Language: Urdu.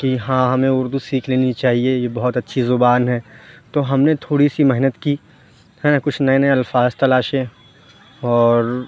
کہ ہاں ہمیں اُردو سیکھ لینی چاہیے یہ بہت اچھی زبان ہے تو ہم نے تھوڑی سی محنت کی ہیں کچھ نئے نئے الفاظ تلاشے اور